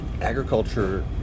agriculture